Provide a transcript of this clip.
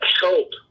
help